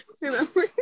Remember